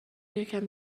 یکم